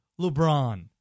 LeBron